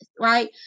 Right